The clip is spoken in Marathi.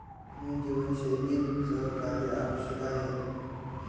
मानवी जीवनशैलीत सहकार्य आवश्यक आहे